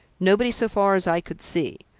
nobody so far as i could see.